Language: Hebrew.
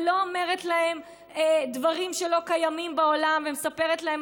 ולא אומרת להם דברים שלא קיימים בעולם ומספרת להם